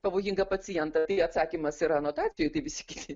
pavojingą pacientą tai atsakymas yra anotacijoj tai visi kiti